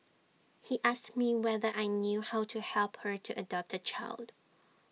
he asked me whether I knew how to help her to adopt A child